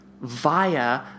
Via